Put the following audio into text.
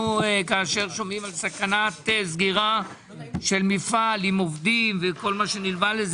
על סכנת סגירה של מפעל עם עובדים וכל מה שנלווה לעניין,